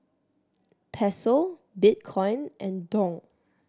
Peso Bitcoin and Dong